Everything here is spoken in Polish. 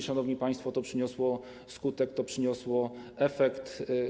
Szanowni państwo, to przyniosło skutek, to przyniosło efekt.